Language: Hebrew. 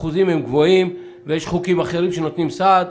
האחוזים הם גבוהים ויש חוקים אחרים שנותנים סעד.